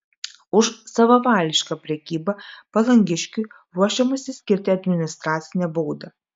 už savavališką prekybą palangiškiui ruošiamasi skirti administracinę baudą